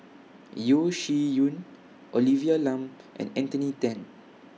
Yeo Shih Yun Olivia Lum and Anthony Then